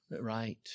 right